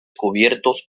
cubiertos